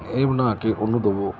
ਇਹ ਬਣਾ ਕੇ ਉਹਨੂੰ ਦੇਵੋ